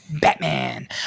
Batman